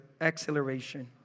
acceleration